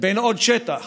לבין עוד שטח